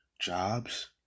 jobs